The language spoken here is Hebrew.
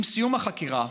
עם סיום החקירה